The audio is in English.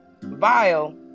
vile